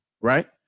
right